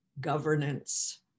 governance